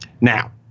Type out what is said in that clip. Now